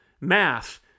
math